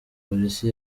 polisi